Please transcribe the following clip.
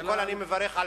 קודם כול, אני מברך על